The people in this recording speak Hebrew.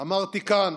אמרתי כאן